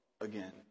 again